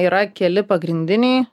yra keli pagrindiniai